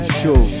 show